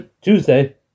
Tuesday